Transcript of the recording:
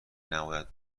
نباید